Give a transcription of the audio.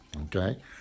okay